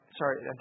sorry